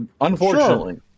Unfortunately